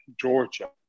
Georgia